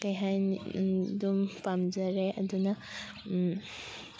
ꯀꯩ ꯍꯥꯏꯅꯤ ꯑꯗꯨꯝ ꯄꯥꯝꯖꯔꯦ ꯑꯗꯨꯅ